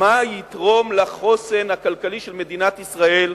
מה יתרום לחוסן הכלכלי של מדינת ישראל,